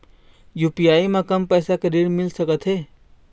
UPI म कम पैसा के ऋण मिल सकथे?